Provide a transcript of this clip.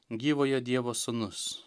gyvojo dievo sūnus